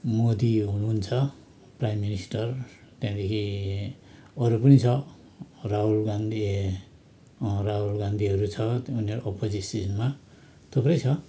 मोदी हुनुहुन्छ prime minister त्यहाँदेखि अरू पनि छ राहुल गान्धी राहुल गान्धीहरू छ उनीहरू अपोजिसनमा थुप्रै छ